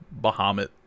bahamut